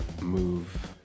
move